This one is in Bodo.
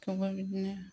गोबां बिदिनो